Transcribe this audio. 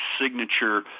signature